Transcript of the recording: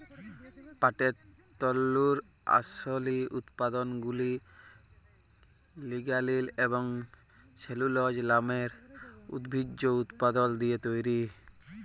পাটের তল্তুর আসলি উৎপাদলগুলা লিগালিল এবং সেলুলজ লামের উদ্ভিজ্জ উপাদাল দিঁয়ে তৈরি